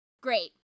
Great